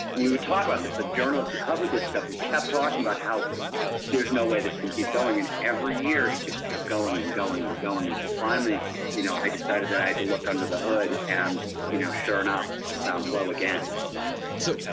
we we talk about this, the journalists who cover this and kept talking about how there is no way this can keep going and every year it just kept going and going and going, until finally you know i decided that i could look under the hood and you know sure enough found flow again so,